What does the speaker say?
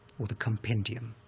or the compendium.